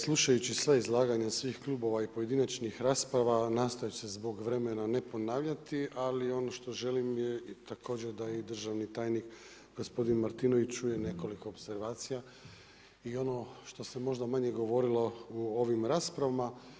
Slušajući sva izlaganja svih klubova i pojedinačnih rasprava nastojat ću se zbog vremena ne ponavljati, ali ono što želim također da i državni tajnik gospodin Martinović čuje nekoliko opservacija i ono što se možda manje govorilo u ovim raspravama.